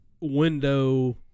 window